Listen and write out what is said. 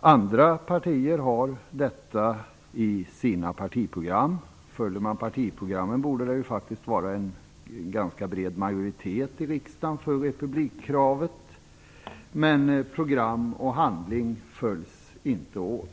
Andra partier har detta i sina partiprogram. Följde man partiprogrammen borde det faktiskt vara en ganska bred majoritet i riksdagen för republikkravet. Men program och handling följs inte åt.